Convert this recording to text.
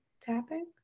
tapping